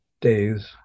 Days